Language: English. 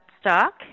stock